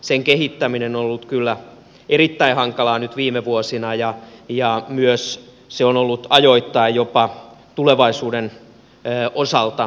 sen kehittäminen on ollut kyllä erittäin hankalaa nyt viime vuosina ja se on myös ollut ajoittain tulevaisuuden osalta jopa uhattunakin